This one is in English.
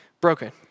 broken